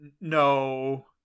no